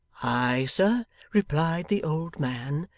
ay, sir replied the old man,